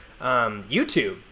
YouTube